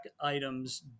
items